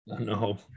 No